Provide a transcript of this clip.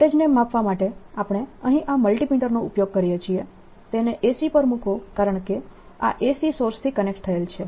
વોલ્ટેજને માપવા માટે આપણે અહીં આ મલ્ટીમીટર નો ઉપયોગ કરીએ છીએ તેને AC પર મૂકો કારણકે આ AC સોર્સથી કનેક્ટ થયેલ છે